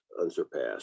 unsurpassed